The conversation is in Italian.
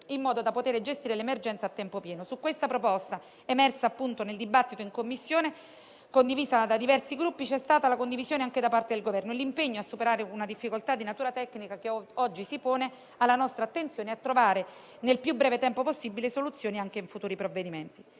in modo da poter gestire le emergenze a tempo pieno. Di questa proposta, emersa, appunto, nel dibattito in Commissione e condivisa da diversi Gruppi, c'è stata la condivisione anche da parte del Governo e l'impegno a superare una difficoltà di natura tecnica, che oggi si pone alla nostra attenzione, e a trovare, nel più breve tempo possibile, soluzioni anche in futuri provvedimenti.